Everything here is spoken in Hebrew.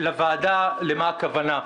עכשיו אני אסביר לוועדה למה הכוונה.